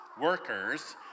workers